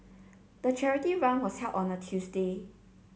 the charity run was held on a Tuesday